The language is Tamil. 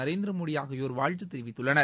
நரேந்திரமோடி ஆகியோர் வாழ்த்து தெரிவித்துள்ளனர்